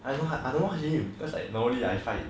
I don't I don't know him because I normally I fight